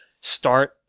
start